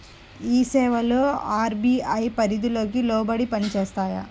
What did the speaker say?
ఈ సేవలు అర్.బీ.ఐ పరిధికి లోబడి పని చేస్తాయా?